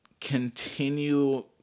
continue